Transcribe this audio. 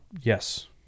yes